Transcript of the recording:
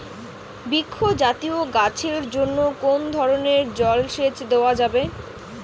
বৃক্ষ জাতীয় গাছের জন্য কোন ধরণের জল সেচ দেওয়া যাবে?